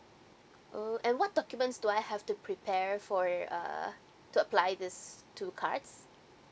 oh and what documents do I have to prepare for uh to apply these two cards